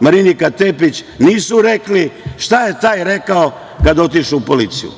Marinika Tepić, nisu rekli šta je taj rekao kada je otišao u policiju?